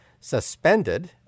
suspended